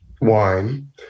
wine